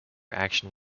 action